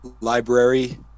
Library